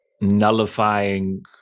nullifying